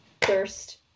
thirst